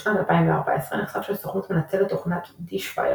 בשנת 2014 נחשף שהסוכנות מנצלת תוכנת Dishfire